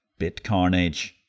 BitCarnage